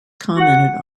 commented